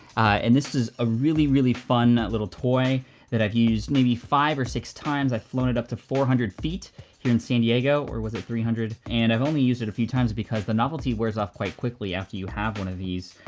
and this is a really, really fun little toy that i've used maybe five or six times. i've flown it up to four hundred feet here in san diego, or was it three hundred, and i've only used it a few times because the novelty wears off quite quickly after you have one of these.